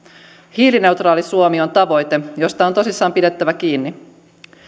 hiilineutraali suomi on tavoite josta on tosissaan pidettävä kiinni